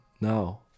now